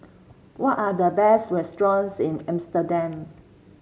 what are the best restaurants in Amsterdam